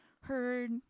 heard